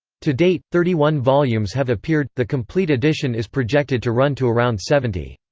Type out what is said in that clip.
to date, thirty one volumes have appeared the complete edition is projected to run to around seventy.